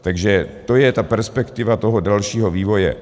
Takže to je ta perspektiva toho dalšího vývoje.